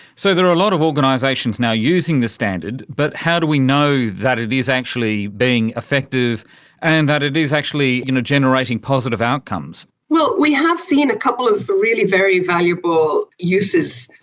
so there are a lot of organisations now using the standard, but how do we know that it is actually being effective and that it is actually generating positive outcomes? well, we have seen a couple of really very valuable uses.